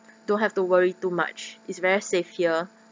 don't have to worry too much is very safe here